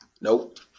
Nope